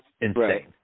Insane